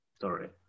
sorry